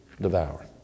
devour